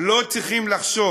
לא צריכים לחשוב